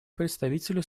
представителю